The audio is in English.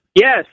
Yes